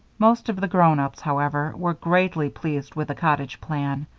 most of the grown-ups, however, were greatly pleased with the cottage plan.